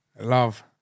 Love